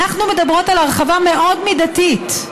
אנחנו מדברות על הרחבה מאוד מידתית,